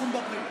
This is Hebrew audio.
ואנחנו מדברים.